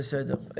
משהו